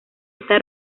está